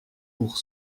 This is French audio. pour